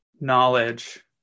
knowledge